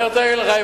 אני רוצה להגיד לך,